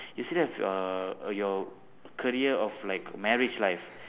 you still have uh your career or like marriage life